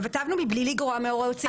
כתבנו "מבלי לגרוע מהוראות סעיף זה".